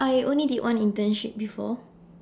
I only did one internship before